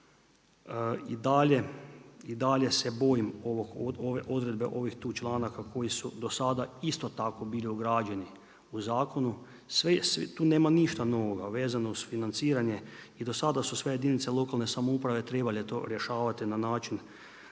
I dalje se bojim ove odredbe ovih tu članaka koji su do sada isto tako bili ugrađeni u zakonu. Tu nema ništa novoga vezano uz financiranje. I do sada su sve jedinice lokalne samouprave trebale to rješavati na način